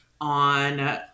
on